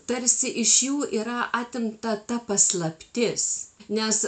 tarsi iš jų yra atimta ta paslaptis nes